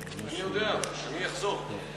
אני יודע, אני אחזור.